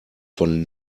von